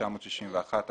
התשכ"א-1961 (בפרק ה הפרשי הצמדה וריבית),